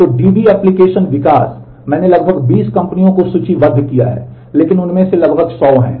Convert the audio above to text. तो DB application विकास मैंने लगभग 20 कंपनियों को सूचीबद्ध किया है लेकिन उनमें से लगभग 100 हैं